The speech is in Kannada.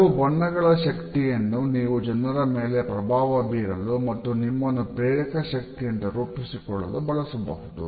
ಕೆಲವು ಬಣ್ಣಗಳ ಶಕ್ತಿಯನ್ನು ನೀವು ಜನರ ಮೇಲೆ ಪ್ರಭಾವ ಬೀರಲು ಮತ್ತು ನಿಮ್ಮನ್ನು ಪ್ರೇರಕಶಕ್ತಿಯಂತೆ ರೂಪಿಸಿಕೊಳ್ಳಲು ಬಳಸಬಹುದು